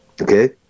Okay